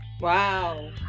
Wow